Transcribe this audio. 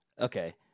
Okay